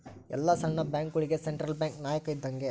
ಎಲ್ಲ ಸಣ್ಣ ಬ್ಯಾಂಕ್ಗಳುಗೆ ಸೆಂಟ್ರಲ್ ಬ್ಯಾಂಕ್ ನಾಯಕ ಇದ್ದಂಗೆ